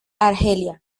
argelia